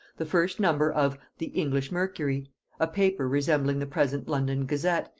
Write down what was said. the first number of the english mercury a paper resembling the present london gazette,